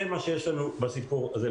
זה מה שיש לנו לומר בסיפור הזה.